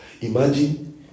Imagine